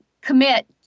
commit